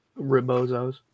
Ribozos